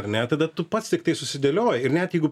ar ne tada tu pats tiktai susidėlioji ir net jeigu